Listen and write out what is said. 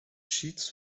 cheats